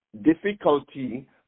difficulty